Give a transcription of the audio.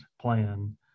plan